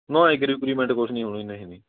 ਨਾ agree agreement ਕੁਛ ਨਹੀਂ ਹੋਣੀ ਨਹੀਂ ਨਹੀਂ